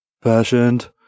Fashioned